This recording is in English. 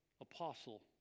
apostle